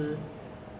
mm